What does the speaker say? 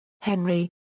Henry